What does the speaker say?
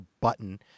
button